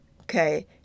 Okay